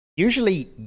Usually